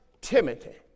Timothy